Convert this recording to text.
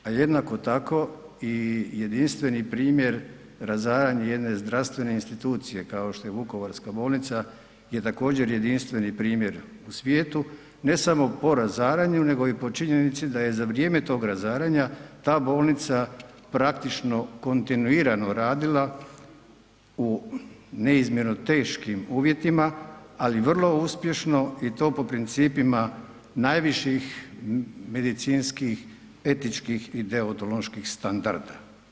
A jednako tako i jedinstveni primjer razaranja jedne zdravstvene institucije kao što je vukovarska bolnica je također jedinstveni primjer u svijetu, ne samo po razaranju, nego i po činjenici da je za vrijeme tog razaranja ta bolnica praktično kontinuirano radila u neizmjerno teškim uvjetima, ali vrlo uspješno i to po principima najviših medicinskih etičkih i deontoloških standarda.